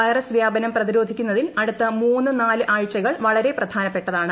virus വ്യാപനം പ്രതിരോധിക്കുന്നതിൽ അടുത്ത മൂന്ന് നാല് ആഴ്ചകൾ വളരെ പ്രധാനപ്പെട്ടതാണ്